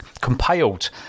compiled